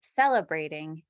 celebrating